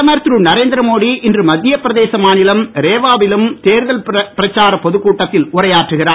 பிரதமர் திரு நரேந்திரமோடி இன்று மத்திய பிரதேச மாநிலம் ரேவா விலும் தேர்தல் பிரச்சாரப் பொதுக் கூட்டத்தில் உரையாற்றுகிறார்